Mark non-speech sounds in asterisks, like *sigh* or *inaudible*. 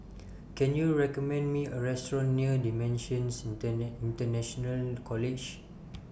Can YOU recommend Me A Restaurant near DImensions *unintelligible* International College